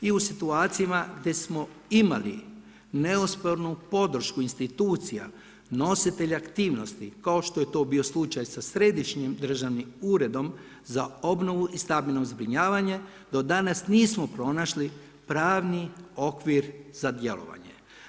I u situacijama gdje smo imali neospornu podršku institucija nositelja aktivnosti kao što je to bio slučaj sa Središnjim državnim uredom za obnovu i stabilno zbrinjavanje do danas nismo pronašli pravni okvir za djelovanje.